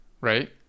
right